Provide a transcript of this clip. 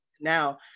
now